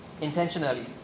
intentionally